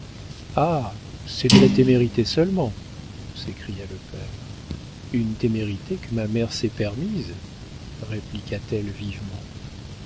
ah c'est de la témérité seulement s'écria le père une témérité que ma mère s'est permise répliqua-t-elle vivement